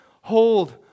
hold